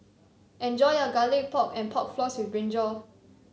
enjoy your Garlic Pork and Pork Floss with brinjal